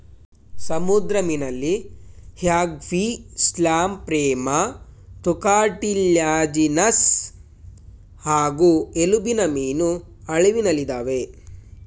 ಸಮುದ್ರ ಮೀನಲ್ಲಿ ಹ್ಯಾಗ್ಫಿಶ್ಲ್ಯಾಂಪ್ರೇಮತ್ತುಕಾರ್ಟಿಲ್ಯಾಜಿನಸ್ ಹಾಗೂ ಎಲುಬಿನಮೀನು ಅಳಿವಿನಲ್ಲಿದಾವೆ